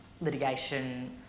litigation